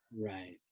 right